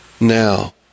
now